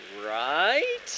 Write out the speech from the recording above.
Right